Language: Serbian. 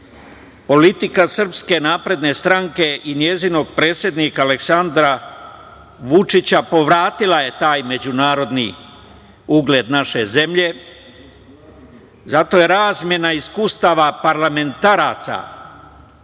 politika SNS i njenog predsednika, Aleksandra Vučića povratila je taj međunarodni ugled naše zemlje, zato je razmena iskustava parlamentaraca